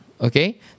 Okay